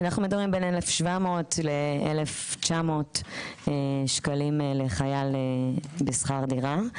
אנחנו מדברים בין 1,700 ל-1,900 שקלים לחייל בשכר דירה,